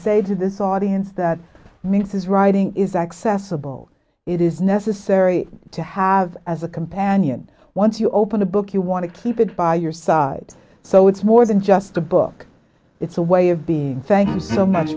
say to this audience that makes his writing is accessible it is necessary to have as a companion once you open a book you want to keep it by your side so it's more than just a book it's a way of being thank you so much